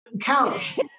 couch